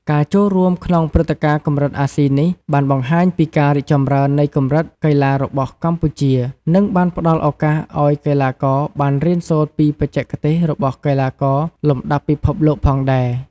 ការចូលរួមក្នុងព្រឹត្តិការណ៍កម្រិតអាស៊ីនេះបានបង្ហាញពីការរីកចម្រើននៃកម្រិតកីឡារបស់កម្ពុជា និងបានផ្ដល់ឱកាសឱ្យកីឡាករបានរៀនសូត្រពីបច្ចេកទេសរបស់កីឡាករលំដាប់ពិភពលោកផងដែរ។